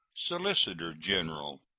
solicitor-general,